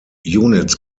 units